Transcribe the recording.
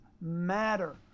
matter